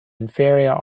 inferior